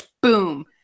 Boom